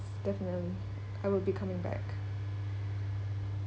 definitely I will be coming back